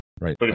right